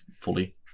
fully